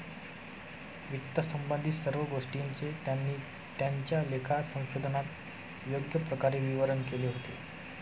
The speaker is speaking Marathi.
वित्तसंबंधित सर्व गोष्टींचे त्यांनी त्यांच्या लेखा संशोधनात योग्य प्रकारे विवरण केले होते